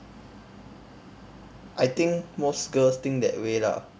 I think most girls think that way lah